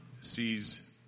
sees